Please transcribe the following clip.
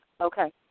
Okay